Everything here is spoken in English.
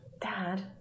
Dad